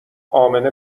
امنه